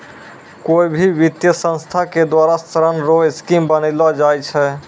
कोय भी वित्तीय संस्था के द्वारा ऋण रो स्कीम बनैलो जाय छै